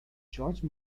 george